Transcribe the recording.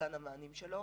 במענים שלו.